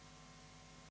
Hvala.